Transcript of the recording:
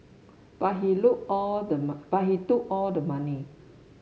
but he look all the but he took all the money